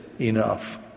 enough